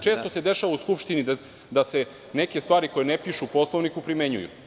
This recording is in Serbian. Često se dešava u Skupštini da se neke stvari koje ne pišu u Poslovniku primenjuju.